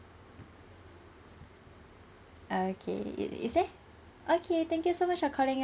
okay is is there thank you so much for calling u~